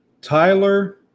Tyler